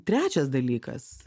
trečias dalykas